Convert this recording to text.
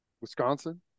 Wisconsin